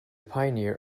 pioneer